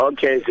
Okay